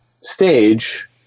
stage